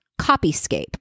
Copyscape